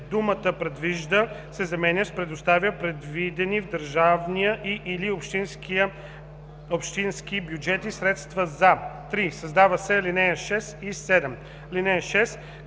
думата „предвижда“ се заменя с „предоставя предвидени в държавния и/или общински бюджети средства за“. 3. Създават се ал. 6 и 7: „(6)